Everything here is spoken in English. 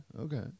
okay